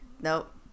Nope